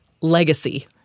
legacy